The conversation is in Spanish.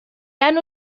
han